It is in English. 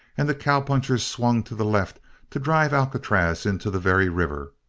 and the cowpunchers swung to the left to drive alcatraz into the very river.